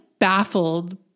baffled